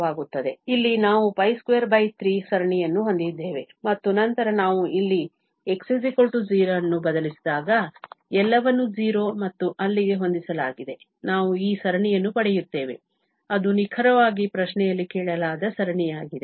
ಇಲ್ಲಿ ನಾವು 23 ಸರಣಿಯನ್ನು ಹೊಂದಿದ್ದೇವೆ ಮತ್ತು ನಂತರ ನಾವು ಇಲ್ಲಿ x 0 ಅನ್ನು ಬದಲಿಸಿದಾಗ ಎಲ್ಲವನ್ನೂ 0 ಮತ್ತು ಅಲ್ಲಿಗೆ ಹೊಂದಿಸಲಾಗಿದೆ ನಾವು ಈ ಸರಣಿಯನ್ನು ಪಡೆಯುತ್ತೇವೆ ಅದು ನಿಖರವಾಗಿ ಪ್ರಶ್ನೆಯಲ್ಲಿ ಕೇಳಲಾದ ಸರಣಿಯಾಗಿದೆ